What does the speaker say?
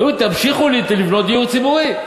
היו אומרים: תמשיכו לבנות דיור ציבורי.